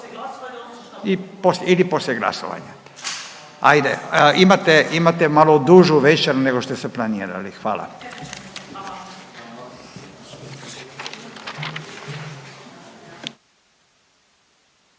Ili poslije glasovanja, ajde, imate, imate malo dužu večer nego što ste planirali, hvala.